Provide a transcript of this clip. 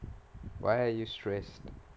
why are you stressed